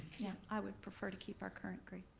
i would prefer to keep our current grade.